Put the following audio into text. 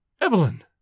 Evelyn